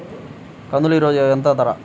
కందులు ఈరోజు ఎంత ధర?